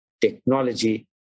technology